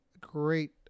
great